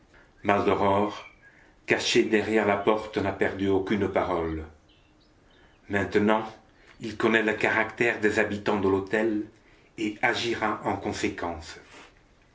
maldoror caché derrière la porte n'a perdu aucune parole maintenant il connaît le caractère des habitants de l'hôtel et agira en conséquence